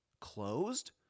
Closed